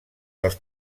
dels